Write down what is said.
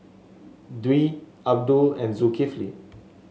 Dwi Abdul and Zulkifli